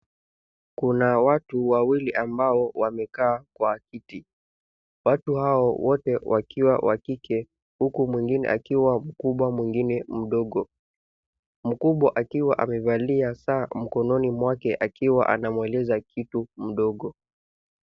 Kuna watu wawili ambao wamekaa kwa kiti. Watu hawa wote wakiwa wa kike uku mwingine akiwa mkubwa mwingine mdogo. Mkubwa akiwa amevalia saa mkononi mwake akiwa anamweleza kitu mdogo.